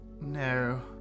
No